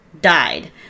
died